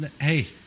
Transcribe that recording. Hey